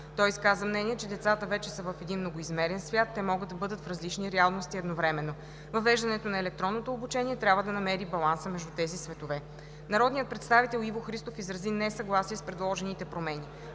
Той изказа мнение, че децата вече са в един многоизмерен свят, те могат да бъдат в различни реалности едновременно. Въвеждането на електронното обучение трябва да намери баланса между тези светове. Народният представител Иво Христов изрази несъгласие с предложените промени.